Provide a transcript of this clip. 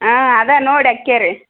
ಆಂ ಅದ ನೋಡಿ ಹಾಕ್ಯೆಳ್ರಿ